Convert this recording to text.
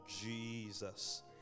Jesus